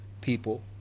people